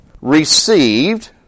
received